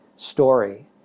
story